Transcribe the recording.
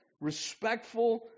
respectful